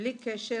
בלי קשר,